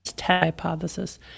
hypothesis